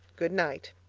good night.